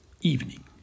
Evening